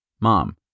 Mom